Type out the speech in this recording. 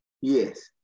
Yes